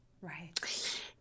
right